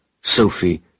Sophie